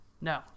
No